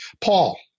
Paul